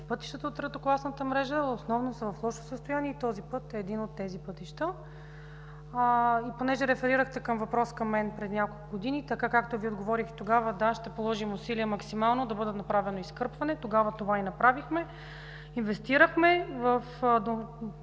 пътища, тези от третокласната мрежа основно са в лошо състояние и този път е един от тях. Понеже реферирахте към въпрос до мен преди няколко години, така както Ви отговорих и тогава – да, ще положим усилия максимално да бъде направено изкърпване. Тогава това и направихме – инвестирахме в